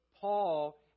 Paul